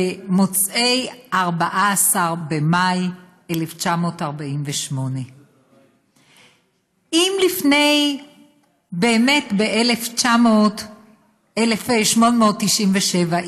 במוצאי 14 במאי 1948. באמת ב-1897,